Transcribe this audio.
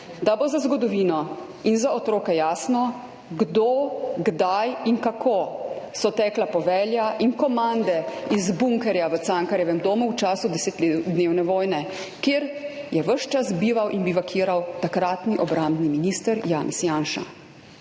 da bo za zgodovino in za otroke jasno, kdo, kdaj in kako so tekla povelja in komande iz bunkerja v Cankarjevem domu v času desetdnevne vojne, kjer je ves čas bival in bivakiral takratni obrambni minister Janez Janša.